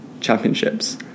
championships